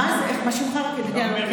מי אמר יהודית כן, דמוקרטית לא?